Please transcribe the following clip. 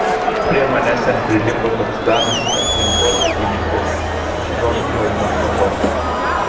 prie manęs ten prilipo toks danas aplinkosaugininkas iš bornholmo salos